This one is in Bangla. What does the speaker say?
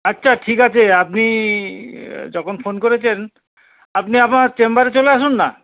আচ্ছা ঠিক আছে আপনি যখন ফোন করেছেন আপনি আমার চেম্বারে চলে আসুন না